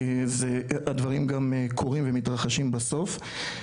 הדברים גם קורים ומתרחשים בסוף.